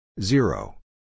Zero